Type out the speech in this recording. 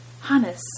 Hannes